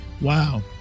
Wow